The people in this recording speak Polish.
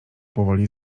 powoli